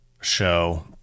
show